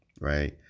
right